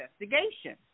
investigation